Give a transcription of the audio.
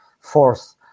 force